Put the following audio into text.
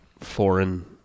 foreign